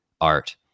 art